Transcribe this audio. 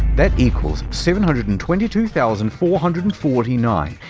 that equals seven hundred and twenty two thousand four hundred and forty nine.